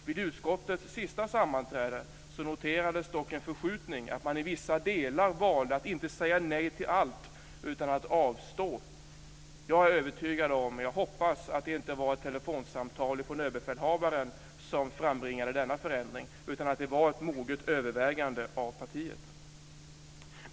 Vid utskottets senaste sammanträde noterades dock en förskjutning, att man i vissa delar valde att inte säga nej till allt utan att avstå. Jag är övertygad om, och jag hoppas, att det inte var ett telefonsamtal från överbefälhavaren som frambringade denna förändring utan att det var ett moget övervägande av partiet.